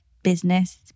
business